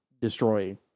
destroy